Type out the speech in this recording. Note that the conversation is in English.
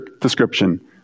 description